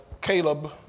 Caleb